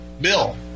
bill